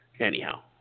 Anyhow